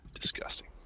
Disgusting